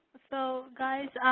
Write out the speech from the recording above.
so guys,